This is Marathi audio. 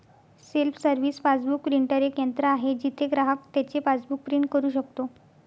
सेल्फ सर्व्हिस पासबुक प्रिंटर एक यंत्र आहे जिथे ग्राहक त्याचे पासबुक प्रिंट करू शकतो